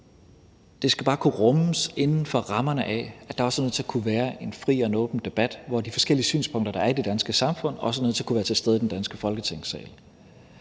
Det skal bare kunne rummes inden for rammerne af, at der også kan være en fri og åben debat, hvor de forskellige synspunkter, der er i det danske samfund, skal kunne være til stede i den danske Folketingssal.